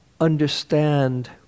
understand